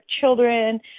children